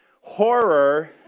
horror